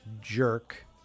jerk